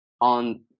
on